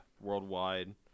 worldwide